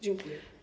Dziękuję.